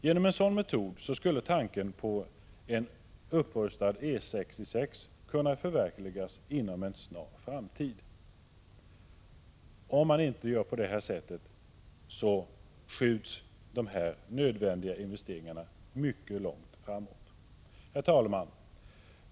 Genom en sådan metod skulle tanken på en upprustad E 66 kunna förverkligas inom en snar framtid. Om man inte gör på detta sätt, skjuts de nödvändiga investeringarna mycket långt framåt. Herr talman!